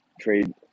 Trade